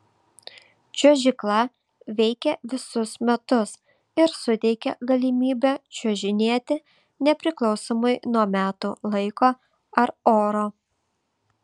čiuožykla veikia visus metus ir suteikia galimybę čiuožinėti nepriklausomai nuo metų laiko ar oro